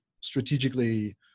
strategically